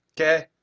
okay